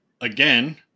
again